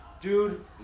dude